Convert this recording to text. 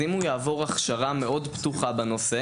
אם הוא יעבור הכשרה מאוד פתוחה בנושא